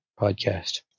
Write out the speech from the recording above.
podcast